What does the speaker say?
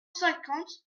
cinquante